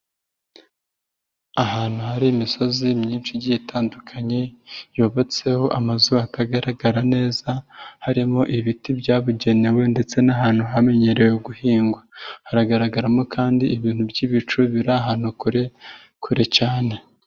Ahantu hari imisozi myinshi igiye itandukanye yubatseho amazu atagaragara neza harimo ibiti byabugenewe ndetse n'ahantu hamenyerewe guhingwa, haragaragaramo kandi ibintu by'ibicu biri ahantu kure, kure cyane.